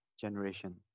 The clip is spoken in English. generation